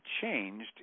changed